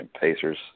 Pacers